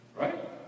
Right